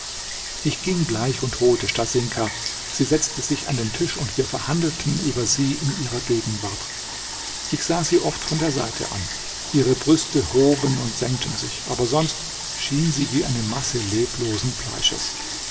ich ging gleich und holte stasinka sie setzte sich an den tisch und wir verhandelten über sie in ihrer gegenwart ich sah sie oft von der seite an ihre brüste hoben und senkten sich aber sonst schien sie wie eine masse leblosen fleisches